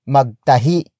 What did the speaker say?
Magtahi